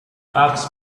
oaks